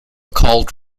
called